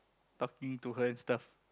talking to her and stuff